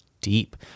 deep